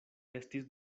estis